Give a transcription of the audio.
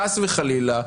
חס וחלילה,